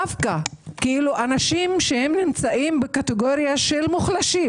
דווקא אנשים שנמצאים בקטגוריה של מוחלשים